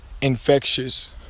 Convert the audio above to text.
Infectious